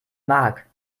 mark